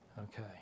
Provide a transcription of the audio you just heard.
Okay